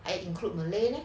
eh include malay